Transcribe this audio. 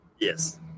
Yes